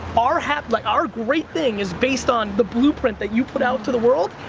our hap, like, our great thing is based on the blueprint that you put out to the world,